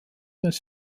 des